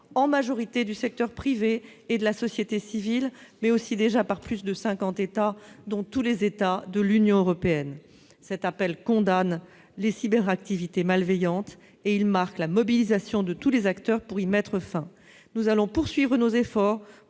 en majorité du secteur privé et de la société civile, mais aussi par plus de 50 États, dont tous les États membres de l'Union européenne. Cet appel condamne les cyberactivités malveillantes et marque la mobilisation de tous les acteurs pour y mettre fin. Nous allons poursuivre nos efforts